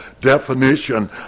definition